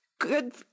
good